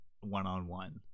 one-on-one